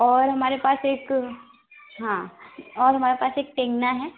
और हमारे पास एक हाँ और हमारे पास एक टेंगना है